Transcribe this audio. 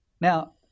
Now